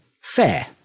fair